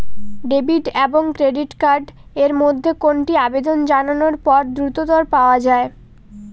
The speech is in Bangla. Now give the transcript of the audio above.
ডেবিট এবং ক্রেডিট কার্ড এর মধ্যে কোনটি আবেদন জানানোর পর দ্রুততর পাওয়া য়ায়?